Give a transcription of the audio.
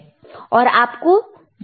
और आपको वह चेंज दिख रहा है